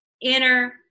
inner